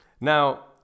Now